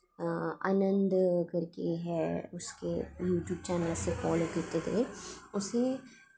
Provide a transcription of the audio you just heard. आनंद करके है उसके यूट्यूब चैनल असें फॉलो कीते दे उसी